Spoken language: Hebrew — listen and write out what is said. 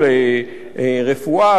שיקום וכדומה,